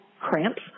cramps